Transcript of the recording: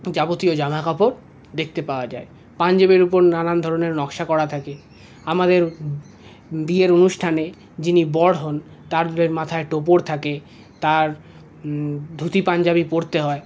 যাবতীয় জামাকাপড় দেখতে পাওয়া যায় পাঞ্জাবির উপর নানান ধরনের নকশা করা থাকে আমাদের বিয়ের অনুষ্ঠানে যিনি বর হন তার মাথায় টোপর থাকে তার ধুতি পাঞ্জাবি পরতে হয়